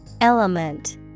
Element